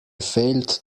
failed